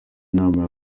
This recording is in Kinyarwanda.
nama